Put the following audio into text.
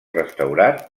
restaurat